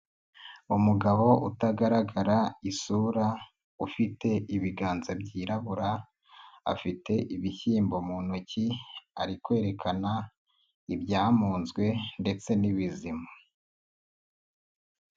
Umugabo utagaragara isura ufite ibiganza byirabura, afite ibishyimbo mu ntoki ari kwerekana ibyamunzwe ndetse n'ibizima.